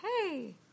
Hey